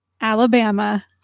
Alabama